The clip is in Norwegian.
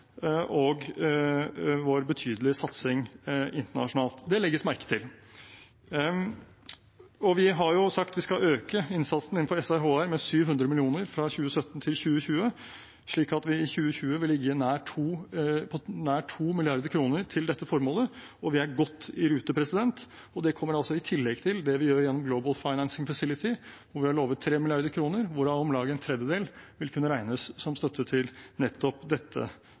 for vår pådriverrolle innenfor dette feltet og vår betydelige satsing internasjonalt. Det legges merke til. Vi har sagt at vi skal øke innsatsen innenfor SRHR med 700 mill. kr fra 2017 til 2020, slik at vi i 2020 vil ligge nær 2 mrd. kr til dette formålet, og vi er godt i rute. Det kommer i tillegg til det vi gjør gjennom Global Financing Facility, hvor vi har lovet 3 mrd. kr, hvorav om lag en tredjedel vil kunne regnes som støtte til nettopp dette